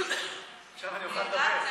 עכשיו אני אוכל לדבר.